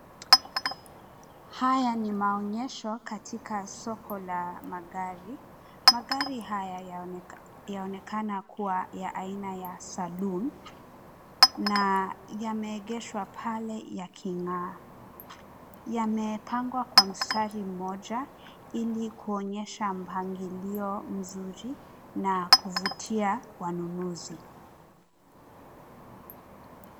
Haya ni maonyesho katika soko la magari. Magari haya yaonekana kuwa ya aina ya Saloon na yameegeshwa pale yaking'aa. Yamepangwa kwenye mstari mmoja ili kuonyesha mpangilio mzuri na kuvutia wanunuzi.